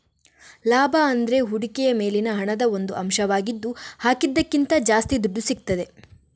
ಲಾಭ ಅಂದ್ರೆ ಹೂಡಿಕೆಯ ಮೇಲಿನ ಹಣದ ಒಂದು ಅಂಶವಾಗಿದ್ದು ಹಾಕಿದ್ದಕ್ಕಿಂತ ಜಾಸ್ತಿ ದುಡ್ಡು ಸಿಗ್ತದೆ